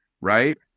Right